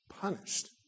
punished